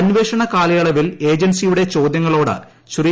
അന്വേഷണ കാലയളവിൽ ഏജൻസിയുടെ ചോദ്യങ്ങളോട് ശ്രീ